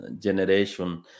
generation